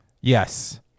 yes